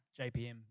JPM